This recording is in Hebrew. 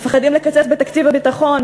מפחדים לקצץ בתקציב הביטחון,